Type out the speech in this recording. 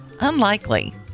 Unlikely